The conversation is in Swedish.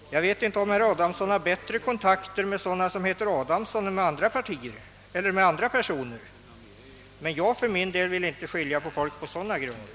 Jag vet inte om herr Adamsson har bättre kontakter med personer som heter Adamsson än med andra personer. Jag skiljer inte mellan folk på sådana grunder.